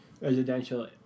residential